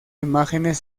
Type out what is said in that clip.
imágenes